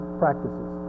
practices